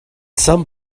some